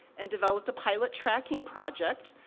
and developed a pilot tracking project.